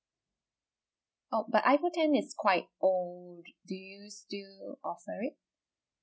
oh but iphone ten is quite old do you still offer it